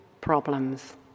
problems